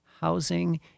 housing